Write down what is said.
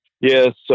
Yes